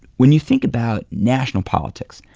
when you think about national politics,